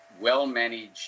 well-managed